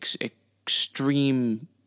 extreme